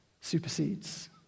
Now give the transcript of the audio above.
supersedes